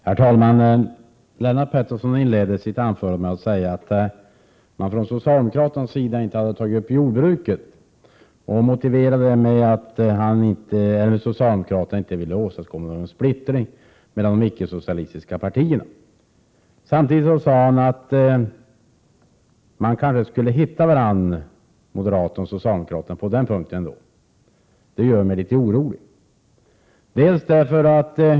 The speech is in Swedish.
Herr talman! Lennart Pettersson inledde sitt anförande med att säga att man från socialdemokraternas sida inte hade berört jordbruket och motiverade det med att socialdemokraterna inte ville åstadkomma någon splittring mellan de icke-socialistiska partierna. Samtidigt sade han att moderater och socialdemokrater kanske skulle hitta varandra på den punkten. Det gör mig litet orolig.